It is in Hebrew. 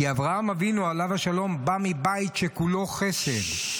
כי אברהם אבינו, עליו השלום, בא מבית שכולו חסד.